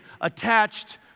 attached